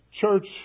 church